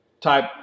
type